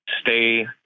stay